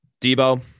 Debo